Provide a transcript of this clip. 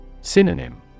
Synonym